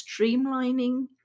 streamlining